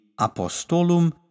Apostolum